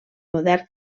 modern